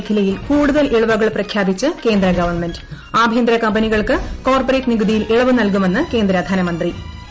മേഖലയിൽ കൂടുതൽ ഇളവുകൾ പ്രഖ്യാപിച്ച് കേന്ദ്ര ഗവൺമെന്റ് ആഭ്യന്തര കമ്പനികൾക്ക് കോർപ്പറേറ്റ് നികുതിയിൽ ഇളവ് നൽകുമെന്ന് കേന്ദ്ര ധനമന്ത്രി നിർമലാ സീതാരാമൻ